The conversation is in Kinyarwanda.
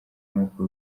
mwaka